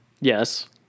Yes